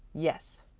yes,